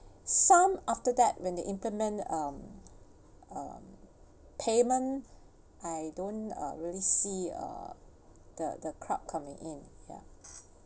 some after that when they implement um uh payment I don't uh really see uh the the crowd coming in